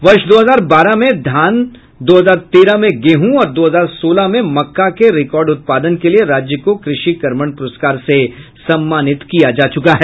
वर्ष दो हजार बारह में धान दो हजार तेरह में गेंहू और दो हजार सोलह में मक्का के रिकॉर्ड उत्पादन के लिए राज्य को कृषि कर्मण प्रस्कार से सम्मानित किया जा चुका है